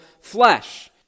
flesh